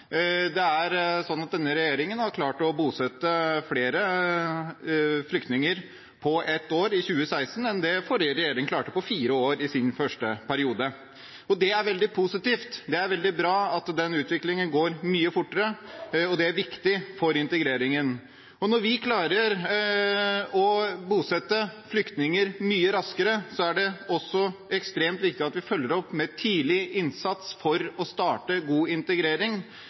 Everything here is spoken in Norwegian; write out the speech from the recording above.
Denne regjeringen har klart å bosette flere flyktninger på ett år – i 2016 – enn det forrige regjering klarte på fire år i sin første periode. Det er veldig positivt. Det er veldig bra at den utviklingen går mye fortere. Det er viktig for integreringen. Når vi klarer å bosette flyktninger mye raskere, er det også ekstremt viktig at vi følger det opp med tidlig innsats for å starte god integrering.